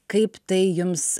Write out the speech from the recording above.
kaip tai jums